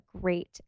great